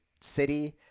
city